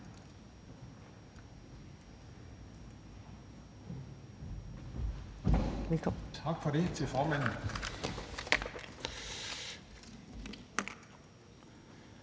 Tak for det, formand.